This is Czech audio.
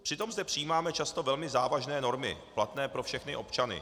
Přitom zde přijímáme často velmi závažné normy platné pro všechny občany.